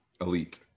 elite